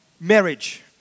marriage